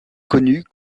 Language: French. connue